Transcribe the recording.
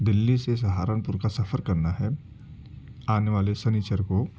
دلی سے سہارنپور کا سفر کرنا ہے آنے والے سنیچر کو